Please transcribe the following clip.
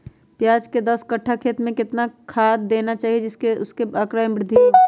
प्याज के दस कठ्ठा खेत में कितना खाद देना चाहिए जिससे उसके आंकड़ा में वृद्धि हो?